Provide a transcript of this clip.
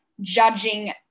judging